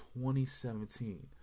2017